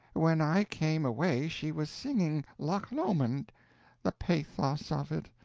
when i came away she was singing, loch lomond the pathos of it!